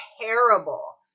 terrible